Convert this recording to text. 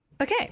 Okay